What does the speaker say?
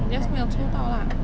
just 没有抽到 lah